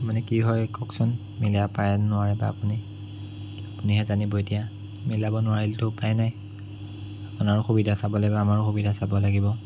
মানে কি হয় কওকচোন মিলাই পাৰে নে নোৱাৰে বা আপুনি আপুনিহে জানিব এতিয়া মিলাব নোৱাৰিলেতো উপায় নাই আপোনাৰো সুবিধা চাব লাগিব আমাৰো সুবিধা চাব লাগিব